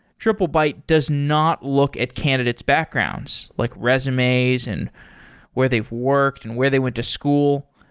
triplebyte does not look at candidate's backgrounds, like resumes and where they've worked and where they went to school.